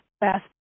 best